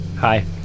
Hi